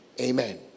Amen